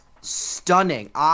stunning